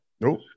nope